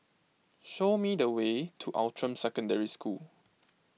show me the way to Outram Secondary School